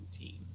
team